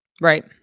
Right